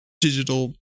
digital